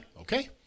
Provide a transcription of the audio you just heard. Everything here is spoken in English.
okay